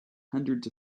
hundreds